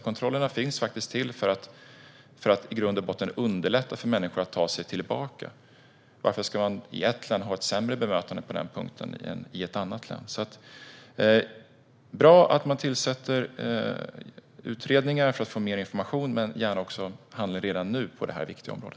Kontrollerna finns faktiskt till för att i grund och botten underlätta för människor att ta sig tillbaka. Varför ska ett län ha ett sämre bemötande på den punkten än ett annat? Det är bra att man tillsätter utredningar för att få mer information, men jag vill gärna att man handlar redan nu på detta viktiga område.